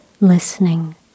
listening